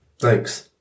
Thanks